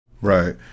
Right